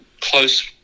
close